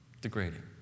degrading